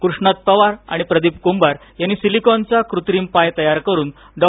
कृष्णात पवार आणि प्रदीप कृभार यांनी सिलिकॉनचा कृत्रिम पाय तयार करून डॉ